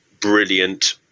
brilliant